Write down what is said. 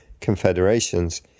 confederations